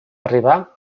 arribar